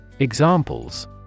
Examples